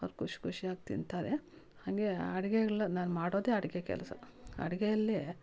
ಅವ್ರು ಖುಷಿ ಖುಷಿಯಾಗಿ ತಿಂತಾರೆ ಹಂಗೆ ಅಡಿಗೆಗಳು ನಾನು ಮಾಡೋದೆ ಅಡಿಗೆ ಕೆಲಸ ಅಡಿಗೆಯಲ್ಲೆ